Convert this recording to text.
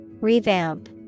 Revamp